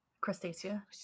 Crustacea